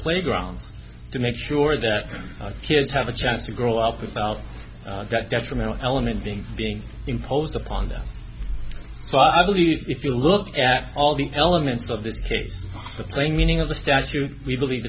playgrounds make sure that kids have a chance to grow up without that detrimental element being being imposed upon them but i believe if you look at all the elements of this case the plain meaning of the statue we believe